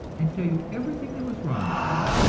and tell you everything that was wrong with you,